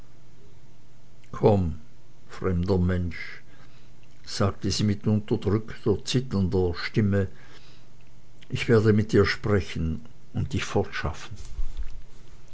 komm fremder mensch sagte sie mit unterdrückter zitternder stimme ich werde mit dir sprechen und dich fortschaffen